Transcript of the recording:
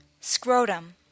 scrotum